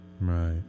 Right